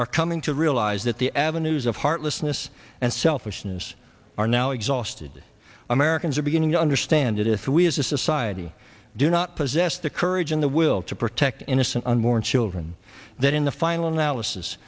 are coming to realize that the avenues of heartlessness and selfishness are now exhausted americans are beginning to understand that if we as a society do not possess the courage and the will to protect innocent unborn children that in the final analysis